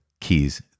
keys